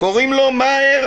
וקוראים לו מאהר